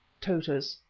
tota's,